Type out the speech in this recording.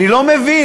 אני לא מבין,